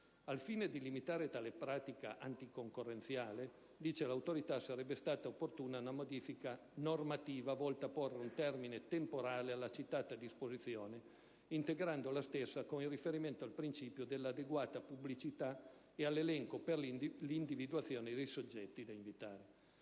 Al fine di limitare tale pratica anticoncorrenziale - dice l'Autorità - sarebbe stata opportuna una modifica normativa volta a porre un termine temporale alla citata disposizione, integrando la stessa con il riferimento al principio dell'adeguata pubblicità e all'elenco per l'individuazione dei soggetti da invitare.